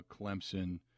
Clemson